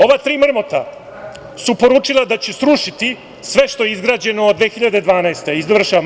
Ova tri mrmota su poručila da će srušiti sve što je izgrađeno od 2012. godine.